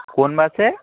কোন বাসে